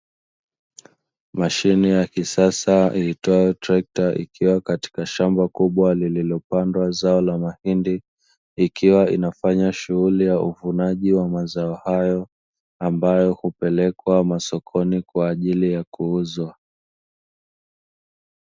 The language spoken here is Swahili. Mashine ya kisasa hiitwayo trekta ikiwa katika shamba kubwa lililopandwa zao la mahindi, likiwa linafanya shughuli ya uvunaji wa mazao hayo ambayo hupelekwa masokoni kwa ajili ya kuuzwa.